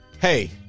hey